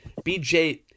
BJ